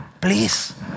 Please